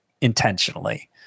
intentionally